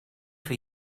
for